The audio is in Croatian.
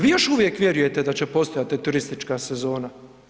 Vi još uvijek vjerujete da će postojati turistička sezona?